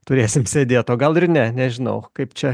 turėsim sėdėt o gal ir ne nežinau kaip čia